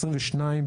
שאמרנו,